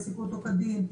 שיעסיקו אותו כדין,